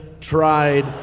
Tried